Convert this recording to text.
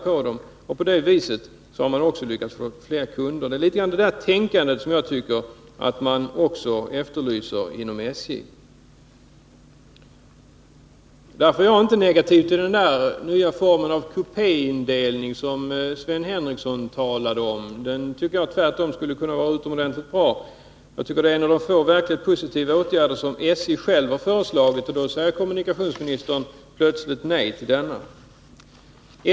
På det viset har man också lyckats få fler Nr 66 kunder. Det är litet av detta tänkande som jag efterlyser också inom SJ. Måndagen den Därför är jag inte negativ till den nya form av kupéindelning som Sven 24 januari 1983 Henricsson talade om. Den tycker jag tvärtom skulle kunna vara utomordentligt bra. Jag tycker det är en av de få verkligt positiva åtgärder som SJ Om SJ:s ekonosjälvt har föreslagit. Men då säger kommunikationsministern plötsligt nej till detta.